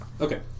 Okay